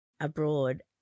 abroad